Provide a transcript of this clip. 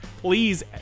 Please